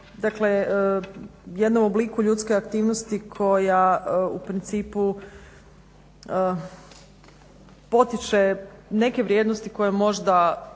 je o jednom obliku ljudske aktivnosti koja u principu potiče neke vrijednosti koje možda